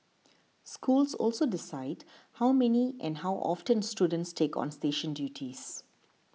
schools also decide how many and how often students take on station duties